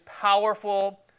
powerful